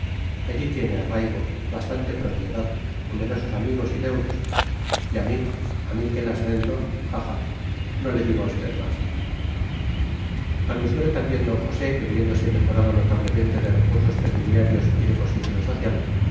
allí tiene arraigo bastante propiedad numerosos amigos y deudos y a mí a mí que las vendo ja ja no le digo a usted más anunciole también d josé que viéndose mejorado notablemente de recursos pecuniarios y de posición social